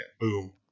Boom